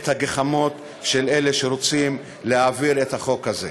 הגחמות של אלה שרוצים להעביר את החוק הזה.